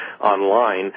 online